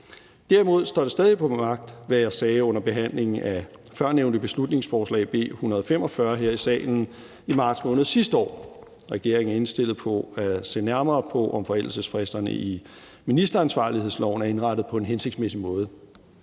Derimod står det stadig ved magt, hvad jeg sagde under behandlingen af førnævnte beslutningsforslag B 145 her i salen i marts måned sidste år: Regeringen er indstillet på at se nærmere på, om forældelsesfristerne i ministeransvarlighedsloven er indrettet på en hensigtsmæssig måde.